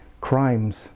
crimes